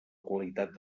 qualitat